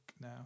now